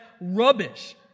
rubbish